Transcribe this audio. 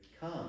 come